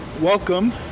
Welcome